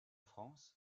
france